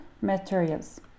materials